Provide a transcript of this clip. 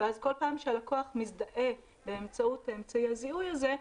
ואז כל פעם שהלקוח מזדהה באמצעות אמצעי הזיהוי הזה,